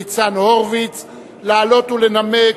אין נמנעים.